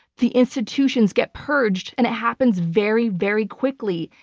the institutions get purged and it happens very, very quickly.